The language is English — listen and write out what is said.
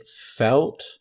felt